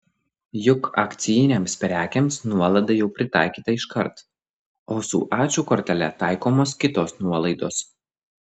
juk akcijinėms prekėms nuolaida jau pritaikyta iškart o su ačiū kortele taikomos kitos nuolaidos